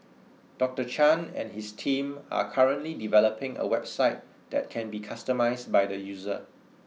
Doctor Chan and his team are currently developing a website that can be customised by the user